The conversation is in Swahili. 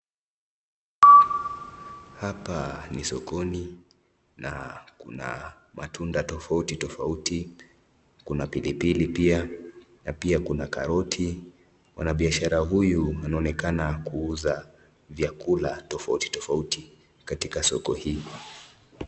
Hapa ni sokoni na kuna matunda tofauti tofauti, kuna pilipili pia na pia kuna karoti. Mwanabiashara huyu anaonekana kuuza vyakula tofauti tofauti katika soko hii.